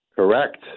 Correct